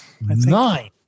Nine